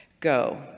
Go